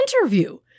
interview